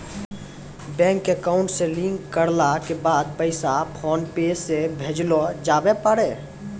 bank account से link करला के बाद पैसा फोनपे से भेजलो जावै पारै